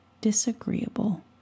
disagreeable